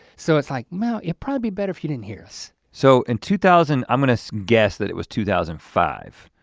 so it's like now it probably be better if you didn't hear us. so in two thousand, i'm gonna so guess that it was two thousand and five.